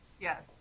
Yes